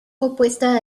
opuesta